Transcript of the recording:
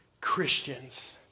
Christians